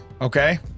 okay